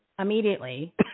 immediately